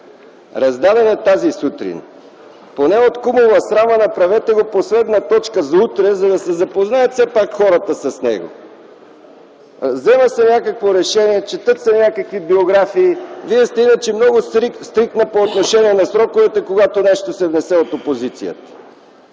Раздаден е тази сутрин. Поне от кумова срама направете го последна точка за утре, за да се запознаят все пак хората с него. Взема се някакво решение, четат се някакви биографии. Вие сте иначе много стриктна по отношение на сроковете, когато нещо се внесе от опозицията.